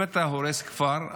אם אתה הורס כפר,